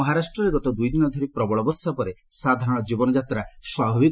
ମହାରାଷ୍ଟ୍ରରେ ଗତ ଦୁଇ ଦିନ ଧରି ପ୍ରବଳ ବର୍ଷା ପରେ ସାଧାରଣ ଜୀବନଯାତ୍ରା ସ୍ୱାଭାବିକ ହୋଇଛି